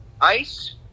Ice